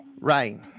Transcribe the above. Right